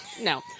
No